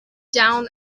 down